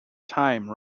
time